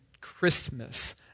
Christmas